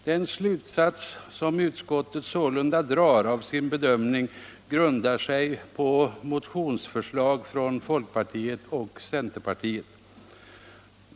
Den slutsats som utskottet sålunda drar av sin bedömning grundar sig på motionsförslag från folkpartiet och centerpartiet.